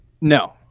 No